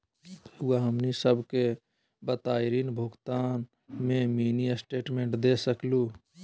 रहुआ हमनी सबके बताइं ऋण भुगतान में मिनी स्टेटमेंट दे सकेलू?